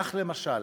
כך, למשל,